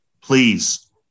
Please